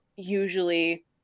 Usually